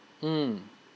mm